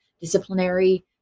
disciplinary